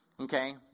Okay